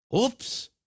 oops